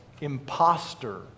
imposter